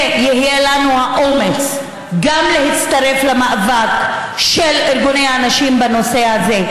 ויהיה לנו האומץ גם להצטרף למאבק של ארגוני הנשים בנושא הזה,